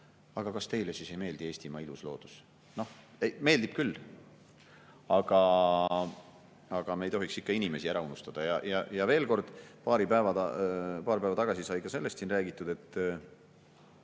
aga kas teile siis ei meeldi Eestimaa ilus loodus. Meeldib küll. Aga me ei tohiks ikka inimesi ära unustada. Veel kord: paar päeva tagasi sai ka sellest siin räägitud, et